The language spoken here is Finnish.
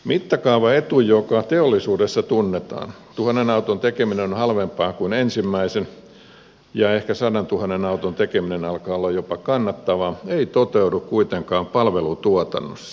mittakaavaetu joka teollisuudessa tunnetaan tuhannen auton tekeminen on halvempaa kuin ensimmäisen ja ehkä sadantuhannen auton tekeminen alkaa olla jopa kannattavaa ei toteudu kuitenkaan palvelutuotannossa